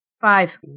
Five